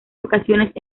ocasiones